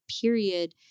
period